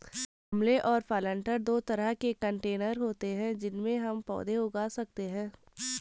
गमले और प्लांटर दो तरह के कंटेनर होते है जिनमें हम पौधे उगा सकते है